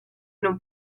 non